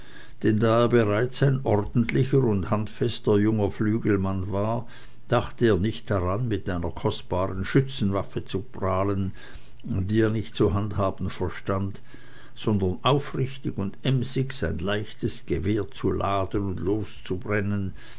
denn da er bereits ein ordentlicher und handfester junger flügelmann war dachte er nicht daran mit einer kostbaren schützenwaffe zu prahlen die er nicht zu handhaben verstand sondern aufrichtig und emsig sein leichtes gewehr zu laden und loszubrennen